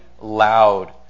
loud